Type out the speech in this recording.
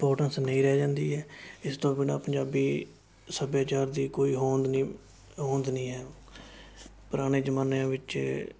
importance ਨਹੀਂ ਰਹਿ ਜਾਂਦੀ ਹੈ ਇਸ ਤੋਂ ਬਿਨਾਂ ਪੰਜਾਬੀ ਸੱਭਿਆਚਾਰ ਦੀ ਕੋਈ ਹੋਂਦ ਨਹੀਂ ਹੋਂਦ ਨਹੀਂ ਹੈ ਪੁਰਾਣੇ ਜ਼ਮਾਨਿਆਂ ਵਿੱਚ